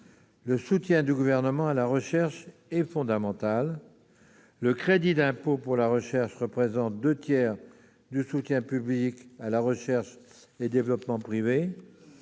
Le soutien du Gouvernement à la recherche est fondamental. Le crédit d'impôt pour la recherche représente les deux tiers du soutien public à la recherche et développement privés.